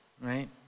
right